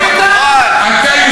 הוא יכול להציע או ועדה, הפנים.